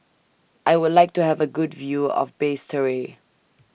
I Would like to Have A Good View of Basseterre